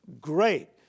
great